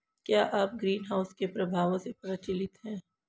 क्या आप ग्रीनहाउस के प्रभावों से परिचित हैं?